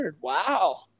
Wow